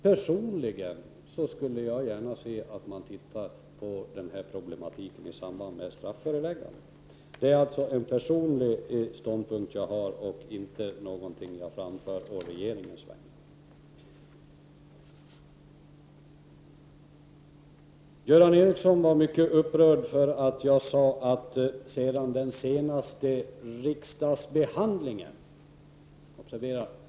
Personligen skulle jag gärna se att man tittar på dessa problem i samband med strafförelägganden. Det är en personlig ståndpunkt jag har och inte något som jag framför å regeringens vägnar. Göran Ericsson var mycket upprörd över att jag sade ”sedan den senaste riksdagsbehandlingen”.